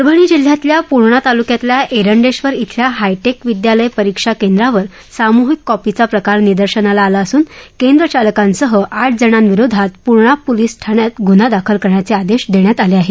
परभणी जिल्ह्यातल्या पूर्णा तालुक्यात एरंडेश्वर इथल्या हायटेक विद्यालय परीक्षा केंद्रावर सामूहिक कॉपीचा प्रकार निदर्शनाला आला असून केंद्र चालकांसह आठ जणांविरोधात पूर्णा पोलिस ठाण्यात गुन्हा दाखल करण्याचे आदेश देण्यात आले आहेत